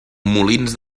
molins